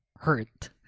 hurt